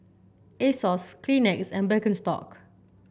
Asos Kleenex and Birkenstock